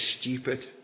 stupid